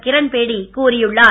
கிரண்பேடி கூறியுள்ளார்